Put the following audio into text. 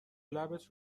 لبت